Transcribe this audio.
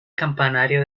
campanario